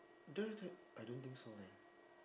don't don't I don't think so leh